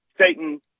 Satan